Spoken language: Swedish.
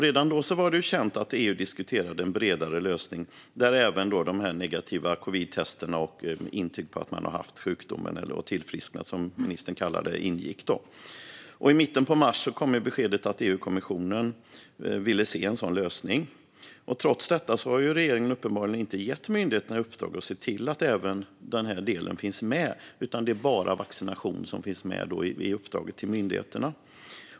Redan då var det känt att EU diskuterade en bredare lösning där även negativa covidtest och intyg om att man har haft sjukdomen och tillfrisknat ingick. I mitten av mars kom beskedet att EU-kommissionen ville se en sådan lösning. Trots detta har regeringen uppenbarligen inte gett myndigheterna i uppdrag att se till att även den delen finns med, utan det är bara vaccination som finns med i uppdraget till myndigheterna.